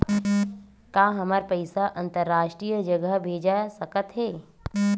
का हमर पईसा अंतरराष्ट्रीय जगह भेजा सकत हे?